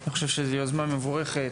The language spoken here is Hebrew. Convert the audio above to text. חושב שזו יוזמה מבורכת.